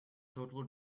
total